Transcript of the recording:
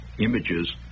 images